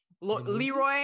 Leroy